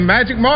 Magic